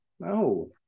No